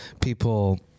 people